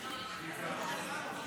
נתקבלו.